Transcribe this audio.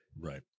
Right